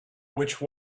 which